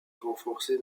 renforcée